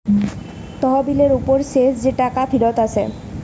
তহবিলের উপর শেষ যে টাকা ফিরত আসে